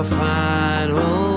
final